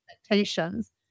expectations